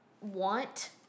want